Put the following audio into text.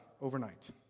overnight